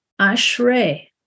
Ashrei